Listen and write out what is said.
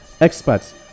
Experts